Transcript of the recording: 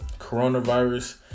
coronavirus